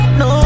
no